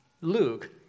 Luke